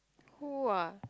who ah